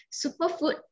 Superfood